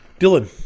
dylan